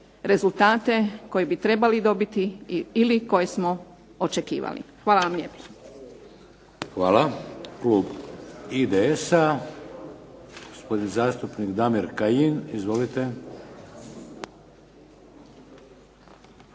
rezultate koje bi trebali dobiti ili koje smo očekivali. Hvala vam lijepo. **Šeks, Vladimir (HDZ)** Hvala. Klub IDS-a, gospodin zastupnik Damir Kajin. Izvolite.